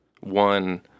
one